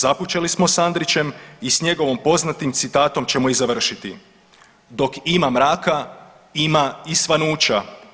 Započeli smo sa Andrićem i sa njegovim poznatim citatom ćemo i završiti „dok ima mraka ima i svanuća“